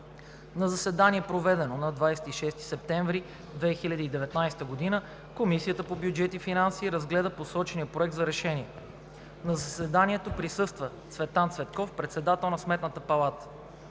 На заседание, проведено на 26 септември 2019 г., Комисията по бюджет и финанси разгледа посочения проект за решение. На заседанието присъства Цветан Цветков – председател на Сметната палата.